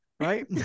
right